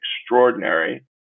extraordinary